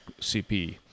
CP